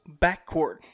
backcourt